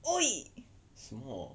!oi!